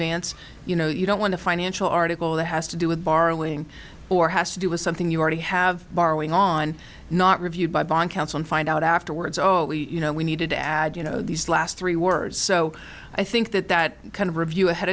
advance you know you don't want a financial article that has to do with borrowing or has to do with something you already have borrowing on not reviewed by baum council and find out afterwards you know we needed to add you know these last three words so i think that that kind of review ahead